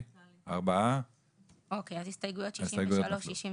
4. הצבעה לא אושר ההסתייגויות נפלו